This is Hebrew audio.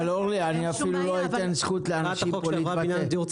אורלי, אני אפילו לא אתן זכות לאנשים פה להתבטא.